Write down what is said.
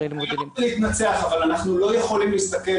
אני לא רוצה להתנצח, אבל אנחנו לא יכולים להסתכל